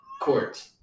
court